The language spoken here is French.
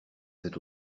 c’est